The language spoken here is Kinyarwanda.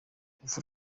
urupfu